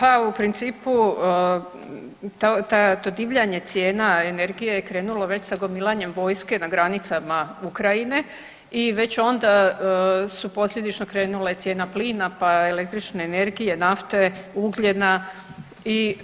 Pa u principu to divljanje cijena energije krenulo već sa gomilanjem vojske na granicama Ukrajine i već onda su posljedično krenule cijena plina, pa električne energije, nafte, ugljena i